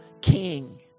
king